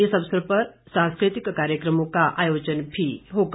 इस अवसर पर सांस्कृतिक कार्यक्रमों का आयोजन भी किया जाएगा